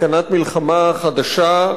סכנת מלחמה חדשה,